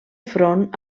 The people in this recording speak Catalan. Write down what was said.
front